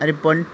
अरे पूण